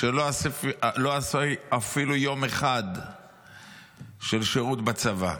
שלא עשו אפילו יום אחד של שירות בצבא.